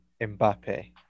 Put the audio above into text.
Mbappe